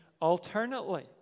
alternately